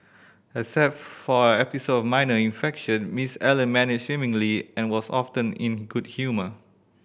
except for an episode of minor infection Miss Allen managed swimmingly and was often in good humour